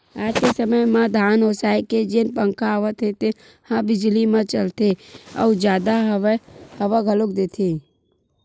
आज के समे म धान ओसाए के जेन पंखा आवत हे तेन ह बिजली म चलथे अउ जादा हवा घलोक देथे